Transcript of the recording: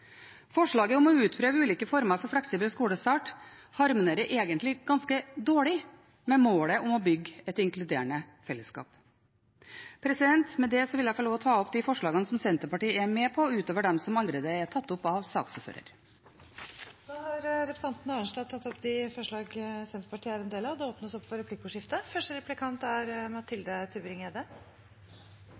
Forslaget om å utprøve ulike former for fleksibel skolestart harmonerer egentlig ganske dårlig med målet om å bygge et inkluderende fellesskap. Med det vil jeg ta opp de forslagene som Senterpartiet er med på, utover dem som allerede er tatt opp av saksordføreren. Representanten Marit Arnstad har tatt opp de forslagene hun refererte til. Det blir replikkordskifte. Representanten Arnstad sier hun er